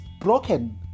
broken